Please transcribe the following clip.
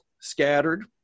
scattered